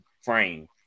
frame